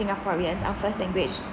singaporeans our first language